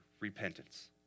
repentance